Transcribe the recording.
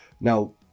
Now